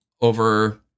over